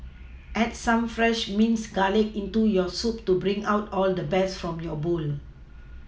add some fresh minced garlic into your soup to bring out all the best from your bowl